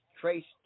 traced